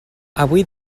avui